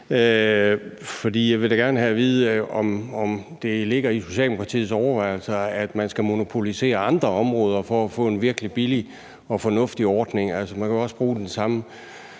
jeg vil da gerne have at vide, om det ligger i Socialdemokratiets overvejelser, at man skal monopolisere andre områder for at få en virkelig billig og fornuftig ordning. Man kan jo også bruge det samme